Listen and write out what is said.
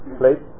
plate